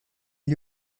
est